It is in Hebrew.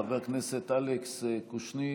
חבר הכנסת אלכס קושניר,